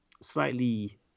slightly